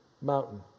mountain